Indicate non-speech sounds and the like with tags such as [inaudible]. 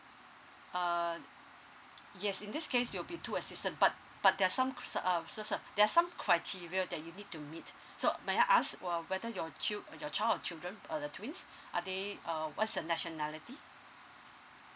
uh yes in this case it'll be two assistance but but there's some [noise] there are some criteria that you need to meet so may I ask wha~ whether your chil~ uh your child or children uh uh twins are they uh what's their nationality